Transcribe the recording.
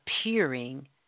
appearing